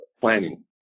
planning